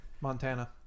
Montana